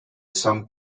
some